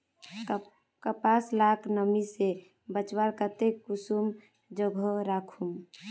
कपास लाक नमी से बचवार केते कुंसम जोगोत राखुम?